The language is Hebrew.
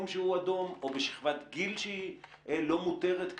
שהוא אדום או בשכבת גיל שהיא לא מותרת כרגע,